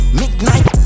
midnight